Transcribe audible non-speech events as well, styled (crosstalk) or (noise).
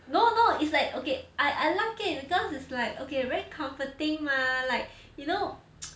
no no it's like okay I I like it because it's like okay very comforting mah like you know (noise)